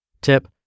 Tip